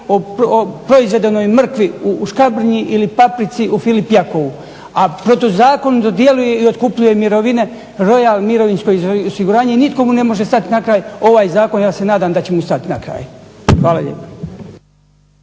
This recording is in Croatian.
o proizvedenoj mrkvi u Škabrnji ili paprici u Filip Jakovu. A protuzakonito djeluje i otkupljuje mirovine Royal mirovinsko osiguranje i nitko mu ne može stati na kraj. Ovaj zakon ja se nadam da će mu stati na kraj. Hvala lijepo.